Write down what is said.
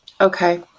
okay